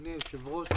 אדוני היושב ראש,